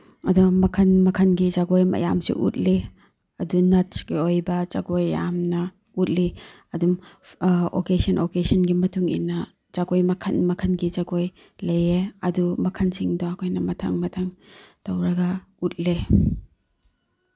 ꯑꯗꯣ ꯃꯈꯟ ꯃꯈꯟꯒꯤ ꯖꯒꯣꯏ ꯃꯌꯥꯝꯁꯤ ꯎꯠꯂꯤ ꯑꯗꯨ ꯅꯠꯁꯀꯤ ꯑꯣꯏꯕ ꯖꯒꯣꯏ ꯌꯥꯝꯅ ꯎꯠꯂꯤ ꯑꯗꯨꯝ ꯑꯣꯀꯦꯖꯟ ꯑꯣꯀꯦꯖꯟꯒꯤ ꯃꯇꯨꯡꯏꯟꯅ ꯖꯒꯣꯏ ꯃꯈꯟ ꯃꯈꯟꯒꯤ ꯖꯒꯣꯏ ꯂꯩꯌꯦ ꯑꯗꯨ ꯃꯈꯟꯁꯤꯡꯗꯣ ꯑꯩꯈꯣꯏꯅ ꯃꯊꯪ ꯃꯊꯪ ꯇꯧꯔꯒ ꯎꯠꯂꯦ